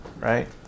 right